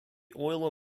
euler